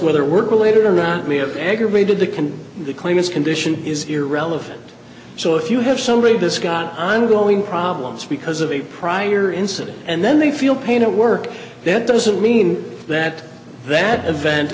whether work related or not may have aggravated the can claim this condition is irrelevant so if you have somebody this got ongoing problems because of a prior incident and then they feel pain at work that doesn't mean that that event